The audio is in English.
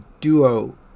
duo